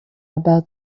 about